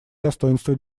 достоинства